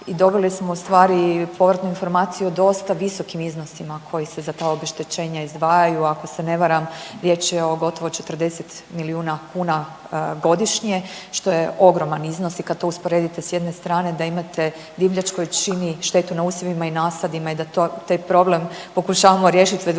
dobili smo ustvari povratnu informaciju o dosta visokim iznosima koji se za ta obeštećenja izdvajaju, ako se ne varam riječ je o gotovo 40 milijuna kuna godišnje što je ogroman iznos i kad to usporedite s jedne strane da imate divljač koja čini štetu na usjevima i nasadima i da taj problem pokušavamo riješiti već duže